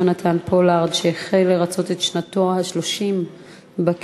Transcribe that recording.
בנושא: יונתן פולארד החל לרצות את שנתו ה-30 בכלא.